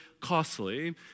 costly